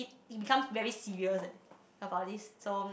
he becomes very serious eh about this so